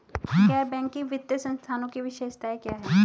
गैर बैंकिंग वित्तीय संस्थानों की विशेषताएं क्या हैं?